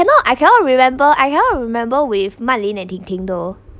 cannot I cannot remember I cannot remember with man ling and ting ting though